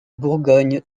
bourgogne